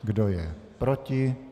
Kdo je proti?